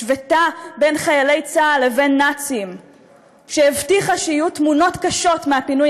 השוותה בין חיילי צה"ל לבין נאצים והבטיחה שיהיו תמונות קשות מהפינוי,